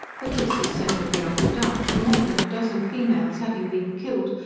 but this is settled beyond a doubt, from more than a dozen females having been killed,